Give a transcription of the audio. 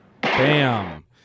Bam